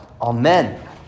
Amen